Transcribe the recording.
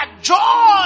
joy